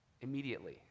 immediately